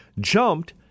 jumped